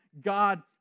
God